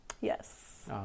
Yes